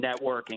networking